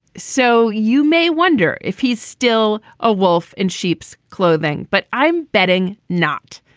so you may wonder if he's still a wolf in sheep's clothing, but i'm betting not.